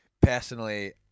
Personally